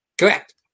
Correct